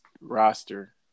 roster